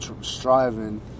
striving